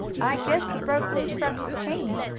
i guess he broke loose from his chain.